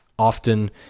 often